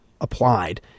applied